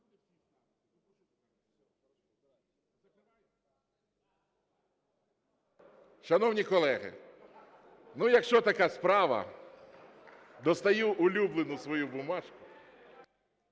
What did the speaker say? Шановні колеги, ну, якщо така справа, достаю улюблену свою бумажку.